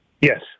Yes